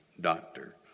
doctor